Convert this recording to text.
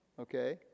Okay